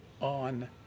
on